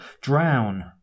drown